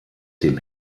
dem